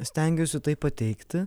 stengiuosi tai pateikti